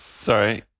Sorry